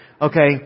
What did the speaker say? Okay